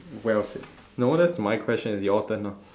well said no that's my question it's your turn now